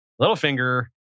Littlefinger